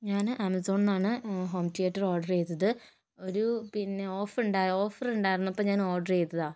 ഞാൻ ആമസോണിൽ നിന്നാണ് ഹോം തിയെറ്റർ ഓർഡർ ചെയ്തത് ഒരു പിന്നെ ഓഫ് ഉണ്ടായി ഓഫർ ഉണ്ടായിരുന്നപ്പോൾ ഞാൻ ഓർഡർ ചെയ്തതാണ്